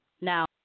now